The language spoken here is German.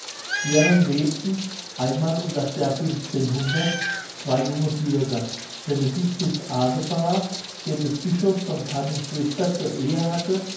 deren lebten einmal um das jahr zwei junge bürger benedictus adebar der des bischofs von cammin schwester zur ehe hatte